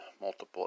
multiple